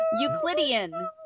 Euclidean